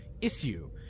issue